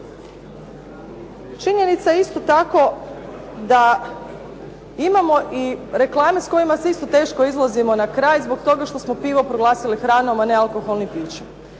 Činjenica je isto tako da imamo i reklame s kojima isto teško izlazimo na kraj zbog toga što smo pivo proglasili hranom, a ne alkoholnim pićem,